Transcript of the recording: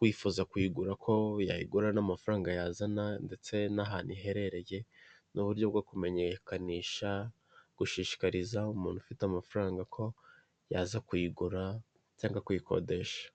wifuza kuyigura ko yayigura n'amafaranga yazana ndetse n'ahantu iherereye n'uburyo bwo kumenyekanisha gushishikariza umuntu ufite amafaranga ko yaza kuyigura cyangwa kuyikodesha.